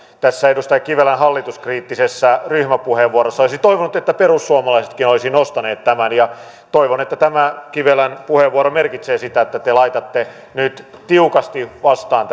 tässä edustaja kivelän hallituskriittisessä ryhmäpuheenvuorossa olisi toivonut että perussuomalaisetkin olisivat nostaneet tämän ja toivon että tämä kivelän puheenvuoro merkitsee sitä että te laitatte nyt tiukasti vastaan